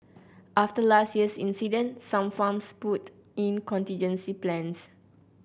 after last year's incident some farms put in contingency plans